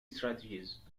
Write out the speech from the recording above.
strategies